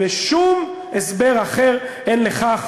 ושום הסבר אחר אין לכך,